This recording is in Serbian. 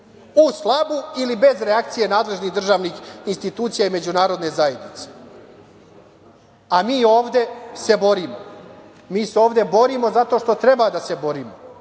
uz slabu ili bez reakcije nadležnih državnih institucija i Međunarodne zajednice, a mi ovde se borimo. Mi se ovde borimo zato što treba da se borimo,